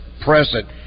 present